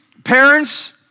Parents